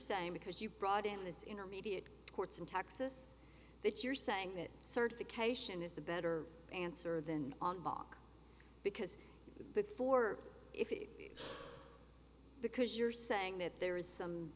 saying because you brought in this intermediate courts in texas that you're saying that certification is the better answer than on bach because before it because you're saying that there is some